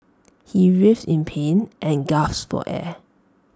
he writhed in pain and gasp for air